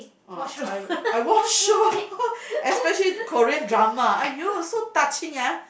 what show what show